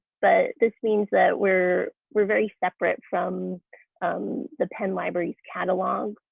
but this means that we're we're very separate from the penn library's catalog